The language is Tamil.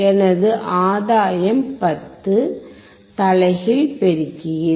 எனது ஆதாயம் 10 தலைகீழ் பெருக்கி